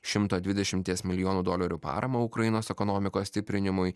šimto dvidešimties milijonų dolerių paramą ukrainos ekonomikos stiprinimui